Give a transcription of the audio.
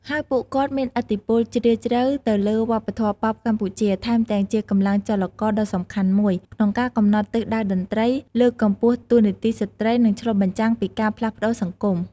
ហើយពួកគាត់មានឥទ្ធិពលជ្រាលជ្រៅទៅលើវប្បធម៌ប៉ុបកម្ពុជា ថែមទាំងជាកម្លាំងចលករដ៏សំខាន់មួយក្នុងការកំណត់ទិសដៅតន្ត្រី លើកកម្ពស់តួនាទីស្ត្រី និងឆ្លុះបញ្ចាំងពីការផ្លាស់ប្តូរសង្គម។